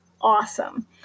awesome